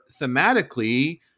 thematically